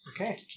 Okay